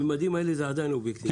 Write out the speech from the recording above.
בממדים האלה זה עדיין אובייקטיבי.